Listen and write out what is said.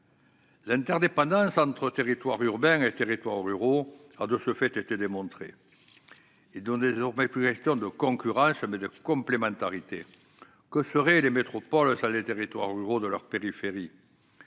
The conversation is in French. L'interdépendance entre territoires urbains et territoires ruraux a, de ce fait, été démontrée. Il est désormais non plus question de concurrence, mais de complémentarité. Que seraient les métropoles sans les territoires ruraux de leur périphérie ?